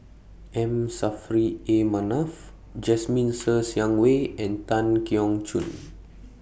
M Saffri A Manaf Jasmine Ser Xiang Wei and Tan Keong Choon